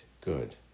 good